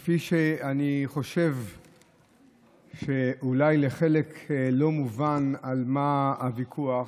אני חושב שאולי לחלק לא מובן על מה הוויכוח,